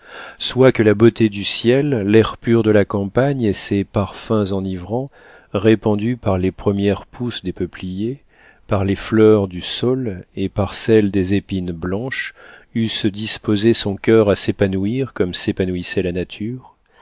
soit que la beauté du ciel l'air pur de la campagne et ces parfums enivrants répandus par les premières pousses des peupliers par les fleurs du saule et par celles des épines blanches eussent disposé son coeur à s'épanouir comme s'épanouissait la nature